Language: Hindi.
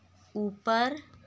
ऊपर